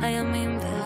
כי הונחו היום על